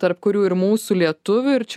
tarp kurių ir mūsų lietuvių ir čia